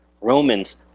Romans